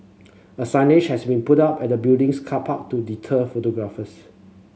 a signage has been put up at the building's car park to deter photographers